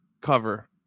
cover